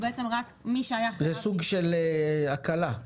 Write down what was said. זה סוג של הקלה.